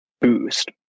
boost